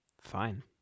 Fine